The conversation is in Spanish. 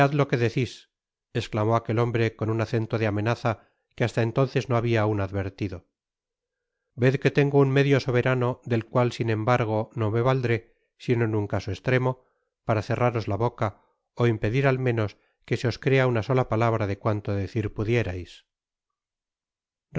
lo que decis esclamó aquel hombre con un acento de amenaza que hasta entonces no habia aun advertido ved que tengo un medio soberano del cual sin embargo no me valdré sino en un caso estremo para cerraros la boca ó impedir al menos que se os crea una sola patabra de cuanto decir pudierais